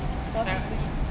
roughly